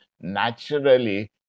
naturally